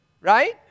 right